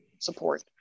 support